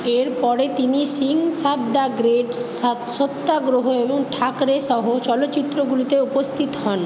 এরপরে তিনি Singh Saab the Great Satyagraha এবং ঠাকরে সহ চলচ্চিত্রগুলিতে উপস্থিত হন